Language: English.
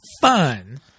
fun